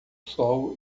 sol